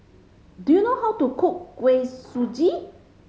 do you know how to cook Kuih Suji